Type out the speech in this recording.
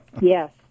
Yes